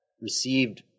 received